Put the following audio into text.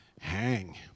Hang